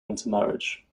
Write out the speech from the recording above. intermarriage